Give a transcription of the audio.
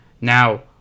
now